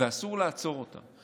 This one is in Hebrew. ואסור לעצור אותה.